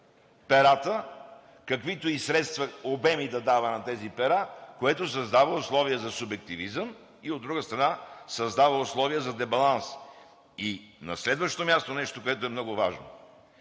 перата, каквито и обеми да дава на тези пера, което създава условия за субективизъм, и от друга страна, създава условия за дебаланс. На следващо място, нещо, което е много важно.